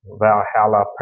Valhalla